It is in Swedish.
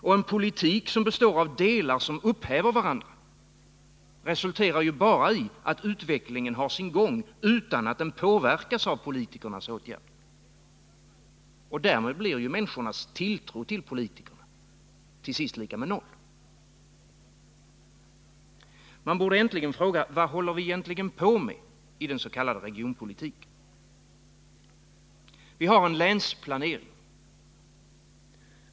Och en politik som består av delar som upphäver varandra resulterar bara i att utvecklingen har sin gång utan att den påverkas av politikernas åtgärder. Därmed blir människornas tilltro till politikerna till sist lika med noll. Man borde äntligen fråga: Vad håller vi egentligen på med i den s.k. regionalpolitiken? Vi har en länsplanering.